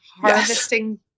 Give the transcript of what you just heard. harvesting